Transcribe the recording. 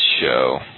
show